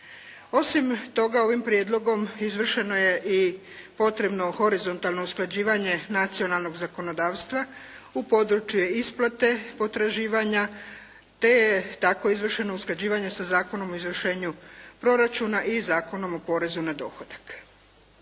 Osim toga ovim prijedlogom izvršeno je i potrebno horizontalno usklađivanje nacionalnog zakonodavstva u području isplate potraživanja te je tako izvršeno usklađivanje sa Zakonom o izvršenju proračuna i Zakonom o porezu na dohodak.